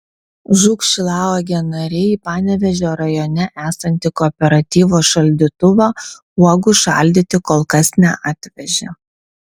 žūk šilauogė nariai į panevėžio rajone esantį kooperatyvo šaldytuvą uogų šaldyti kol kas neatvežė